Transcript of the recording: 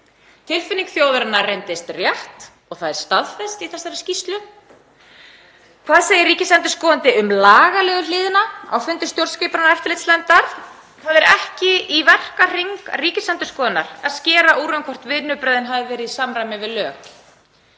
Tilfinning þjóðarinnar reyndist rétt og það er staðfest í þessari skýrslu. Hvað segir ríkisendurskoðandi um lagalegu hliðina á fundi stjórnskipunar- og eftirlitsnefndar? Að það sé ekki í verkahring Ríkisendurskoðunar að skera úr um hvort vinnubrögðin hafi verið í samræmi við lög.